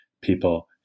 people